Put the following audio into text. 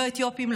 לא אתיופים,